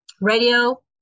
radio